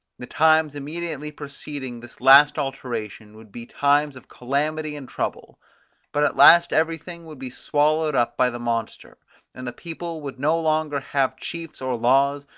the times immediately preceding this last alteration would be times of calamity and trouble but at last everything would be swallowed up by the monster and the people would no longer have chiefs or laws,